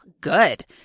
good